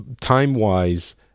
time-wise